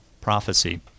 prophecy